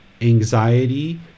anxiety